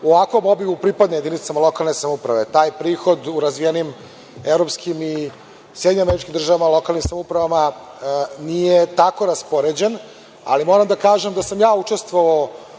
u ovakvom obimu pripadne jedinicama lokalne samouprave. Taj prihod u razvijenim evropski i SAD lokalnim samoupravama nije tako raspoređen. Moram da kažem da sam ja učestvovao